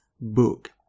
book